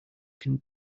can